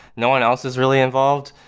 no one else is really involved.